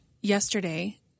yesterday—